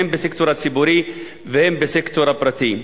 הן בסקטור הציבורי והן בסקטור הפרטי.